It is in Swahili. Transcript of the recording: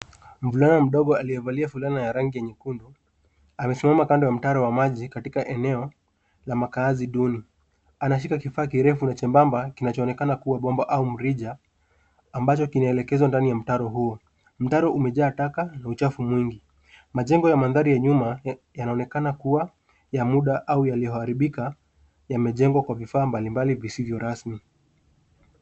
Mvulana mdogo aliyevalia fulana ya rangi nyekundu. Amesimama kando ya mtaro wa maji katika eneo la makaazi duni. Anashika kifaa kirefu na chembamba kinachoonekana kuwa bomba au mrija ambacho kinaelekezwa ndani ya mtaro huo. Mtaro umejaa taka na uchafu mwingi. Majengo ya mandhari ya nyuma yanaonekana kuwa ya muda au yaliyoharibikwa. Yamejengwa kwa vifaa mbalimbali visivyo rasmi.